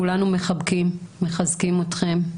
כולנו מחבקים, מחזקים אתכם.